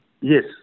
yes